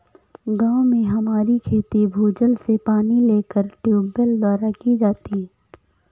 गांव में हमारी खेती भूजल से पानी लेकर ट्यूबवेल द्वारा की जाती है